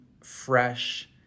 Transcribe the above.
fresh